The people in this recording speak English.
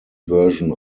version